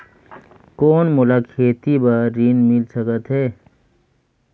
कौन मोला खेती बर ऋण मिल सकत है?